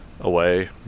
away